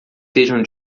sejam